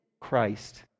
Christ